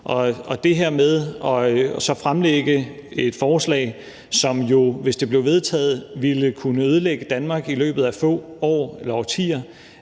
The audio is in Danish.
Det her med at fremlægge et forslag, som jo, hvis det blev vedtaget, ville kunne ødelægge Danmark i løbet af få år eller årtier,